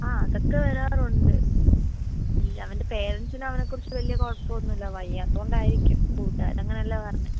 ആ അതൊക്കെ വരാറുണ്ട് ഇല്ല അവന്റെ പേരൻറ്സിന് അവനെക്കുറിച്ച് വലിയ കുഴപ്പം ഒന്നുമില്ല വയ്യാത്തതുകൊണ്ടായിരിക്കും കൂട്ടുകാർ അങ്ങനെ അല്ലേ പറഞ്ഞത്